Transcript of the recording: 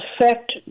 affect